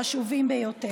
חשובות ביותר.